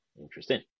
Interesting